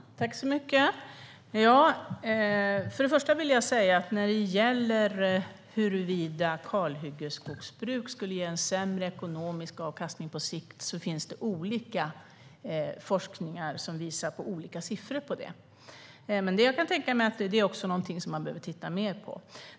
Herr talman! Först och främst vill jag säga att när det gäller huruvida ett hyggesfritt skogsbruk skulle ge en sämre ekonomisk avkastning på sikt finns det forskning som visar på olika siffror. Men jag kan tänka mig att det är någonting som man behöver titta mer på.